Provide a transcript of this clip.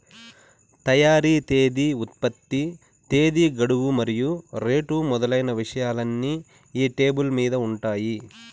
తయారీ తేదీ ఉత్పత్తి తేదీ గడువు మరియు రేటు మొదలైన విషయాలన్నీ ఈ లేబుల్ మీద ఉంటాయి